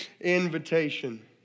invitation